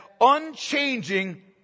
unchanging